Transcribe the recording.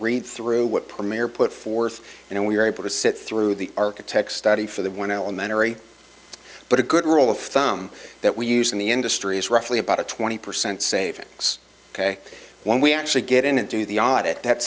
read through what premier put forth and we were able to sit through the architect's study for the one elementary but a good rule of thumb that we use in the industry is roughly about a twenty percent savings ok when we actually get in and do the audit that